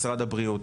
משרד הבריאות.